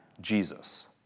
Jesus